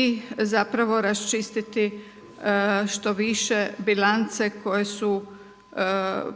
i zapravo raščistiti što više bilance koje su